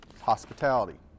hospitality